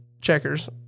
checkers